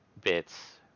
bits